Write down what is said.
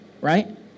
right